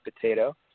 potato